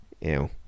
Ew